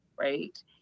Right